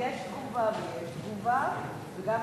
יש תגובה ויש תגובה, וגם,